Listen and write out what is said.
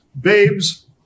babes